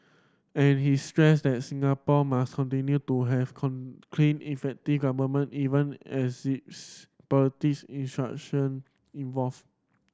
and he stressed that Singapore must continue to have clean effective government even as politics institution evolve